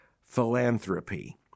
philanthropy